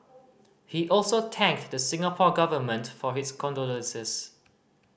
he also thanked the Singapore Government for its condolences